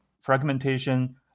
fragmentation